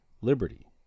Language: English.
liberty